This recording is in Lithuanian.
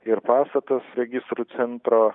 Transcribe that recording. ir pastatas registrų centro